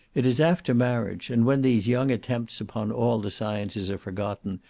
it is after marriage, and when these young attempts upon all the sciences are forgotten,